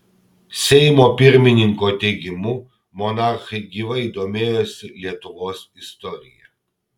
seimo pirmininko teigimu monarchai gyvai domėjosi lietuvos istorija